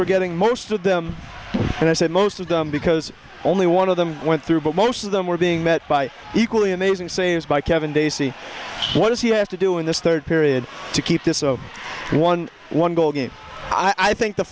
were getting most of them and i said most of them because only one of them went through but most of them were being met by equally amazing saves by kevin daisey what does he have to do in this third period to keep this zero one one goal game i think the